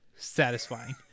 satisfying